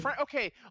Okay